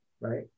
right